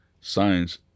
Science